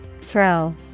Throw